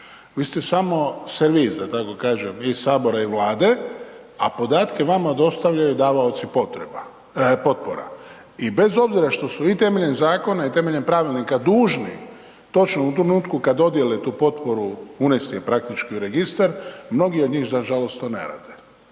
Vi ste samo servis da tako kažem i Sabora i Vlade, a podatke vama dostavljaju davaoci potpora. I bez obzira što su i temeljem zakona i temeljem pravilnika dužni točno u trenutku kada dodijele tu potporu unesti u registar, mnogi od njih nažalost to ne rade.